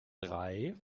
drei